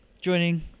joining